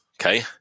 Okay